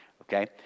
Okay